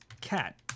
cat